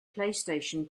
playstation